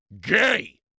Gay